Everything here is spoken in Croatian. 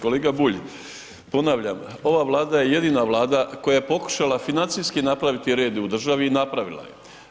Kolega Bulj, ponavljam, ova Vlada je jedina Vlada koja je pokušala financijski napraviti red u državi i napravila je.